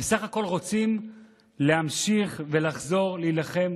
הם בסך הכול רוצים להמשיך ולחזור להילחם